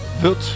wird